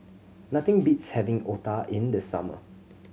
nothing beats having otah in the summer